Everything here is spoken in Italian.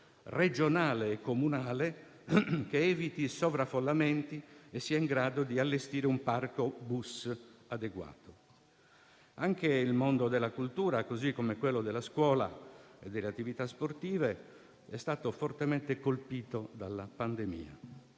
regionale e comunale, che eviti sovraffollamenti e sia in grado di allestire un parco bus adeguato. Anche il mondo della cultura, così come quello della scuola e delle attività sportive, è stato fortemente colpito dalla pandemia.